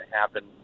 happen